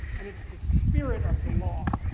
and it's the spirit of the law.